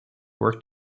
worked